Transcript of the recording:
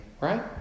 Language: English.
right